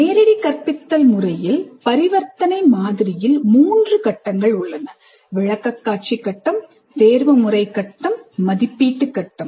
நேரடி கற்பித்தல் முறையில் பரிவர்த்தனை மாதிரியில் மூன்று கட்டங்கள் உள்ளன விளக்கக்காட்சி கட்டம் தேர்வுமுறை கட்டம் மதிப்பீட்டு கட்டம்